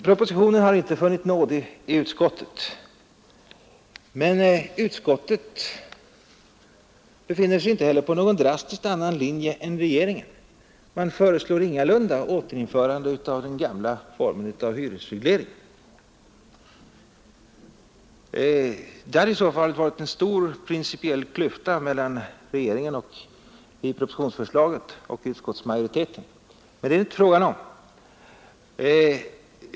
Propositionen har inte funnit nåd i utskottet. Utskottet befinner sig emellertid inte på någon drastiskt annan linje än regeringen. Man föreslår ingalunda återinförande av den gamla formen av hyresreglering. Det hade i så fall varit en stor principiell klyfta mellan regeringen i propositionsförslaget och utskottsmajoriteten. Men det är det inte fråga om.